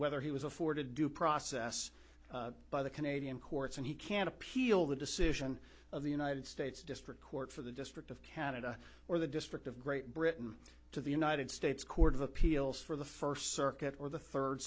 whether he was afforded due process by the canadian courts and he can appeal the decision of the united states district court for the district of canada or the district of great britain to the united states court of appeals for the first circuit or the third